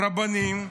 רבנים,